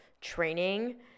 training